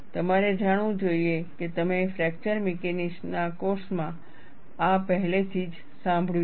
તમારે જાણવું જોઈએ કે તમે ફ્રેક્ચર મિકેનિક્સ ના કોર્સ માં આ પહેલેથી જ સાંભળ્યું છે